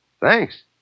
Thanks